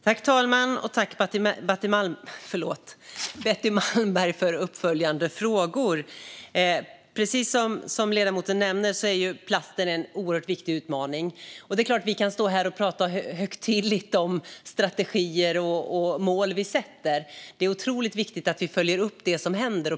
Herr talman! Tack, Betty Malmberg, för uppföljande frågor! Precis som ledamoten nämner är plasten en oerhört viktig utmaning. Vi kan stå här och tala högtidligt om strategier och mål vi sätter. Det är otroligt viktigt att vi följer upp det som händer.